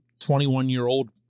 21-year-old